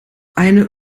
eine